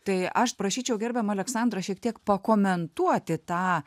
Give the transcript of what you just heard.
tai aš prašyčiau gerbiama aleksandra šiek tiek pakomentuoti tą